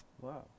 Wow